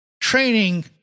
training